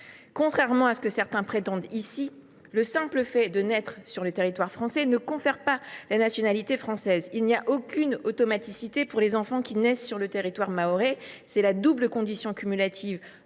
Contrairement à ce que certains prétendent dans notre hémicycle, le simple fait de naître sur le territoire français ne confère pas la nationalité française. Il n’y a aucune automaticité pour les enfants qui naissent sur le territoire mahorais. C’est la double condition cumulative